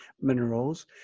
minerals